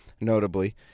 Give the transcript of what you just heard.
notably